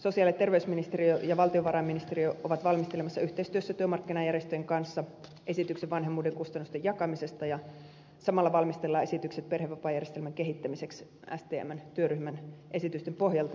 sosiaali ja terveysministeriö ja valtiovarainministeriö ovat valmistelemassa yhteistyössä työmarkkinajärjestöjen kanssa esityksen vanhemmuuden kustannusten jakamisesta ja samalla valmistellaan esitykset perhevapaajärjestelmän kehittämiseksi stmn työryhmän esitysten pohjalta